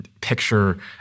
picture